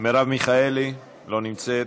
מרב מיכאלי, לא נמצאת,